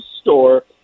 Store